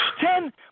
ten